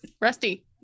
Rusty